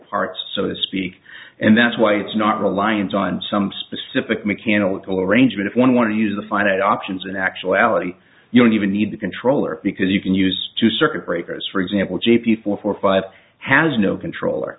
parts so to speak and that's why it's not reliant on some specific mechanical arrangement if one want to use the find at options in actuality you don't even need the controller because you can use two circuit breakers for example j p four four five has no controller